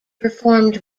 performed